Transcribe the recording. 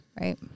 Right